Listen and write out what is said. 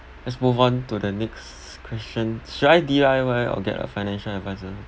let's move on to the next question should I D_I_Y or get a financial advisor um